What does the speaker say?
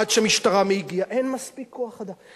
עד שהמשטרה מגיעה, אין מספיק כוח-אדם.